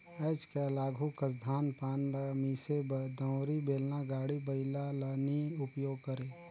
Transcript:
आएज काएल आघु कस धान पान ल मिसे बर दउंरी, बेलना, गाड़ी बइला ल नी उपियोग करे